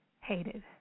hated